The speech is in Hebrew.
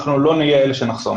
אנחנו לא נהיה אלה שנחסום זאת.